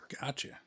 Gotcha